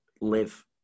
live